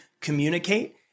communicate